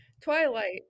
twilight